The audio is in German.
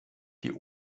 die